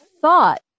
thought